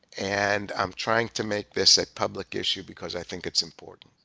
and i'm trying to make this a public issue because i think it's important.